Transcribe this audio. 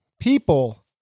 people